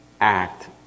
act